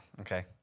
okay